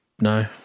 No